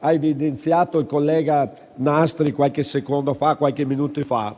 ha evidenziato il collega Nastri qualche minuto fa,